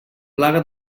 plaga